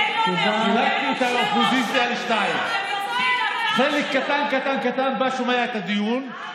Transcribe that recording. חילקתי את האופוזיציה לשניים: חלק קטן קטן קטן בא ושומע את הדיון,